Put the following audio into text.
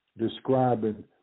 describing